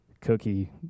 cookie